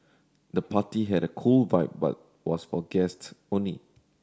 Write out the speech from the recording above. the party had a cool vibe but was for guests only